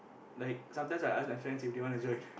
like sometimes I ask my friends if they want to join